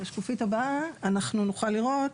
בשקופית הבאה אנחנו נוכל לראות,